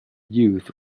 youth